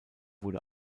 wurde